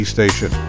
Station